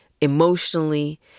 emotionally